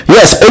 Yes